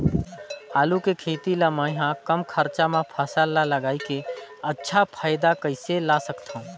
आलू के खेती ला मै ह कम खरचा मा फसल ला लगई के अच्छा फायदा कइसे ला सकथव?